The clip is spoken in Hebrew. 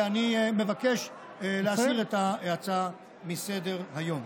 ואני מבקש להסיר את ההצעה מסדר-היום.